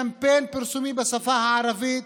קמפיין פרסומי בשפה הערבית,